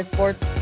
Sports